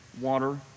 water